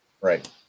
Right